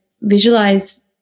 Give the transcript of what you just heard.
visualize